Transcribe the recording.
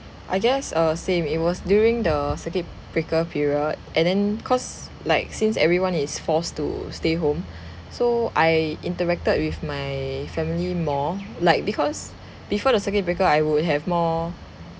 I guess err same it was during the circuit breaker period and then cause like since everyone is forced to stay home so I interacted with my family more like because before the circuit breaker I would have more